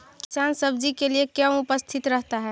किसान सब्जी के लिए क्यों उपस्थित रहता है?